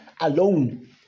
alone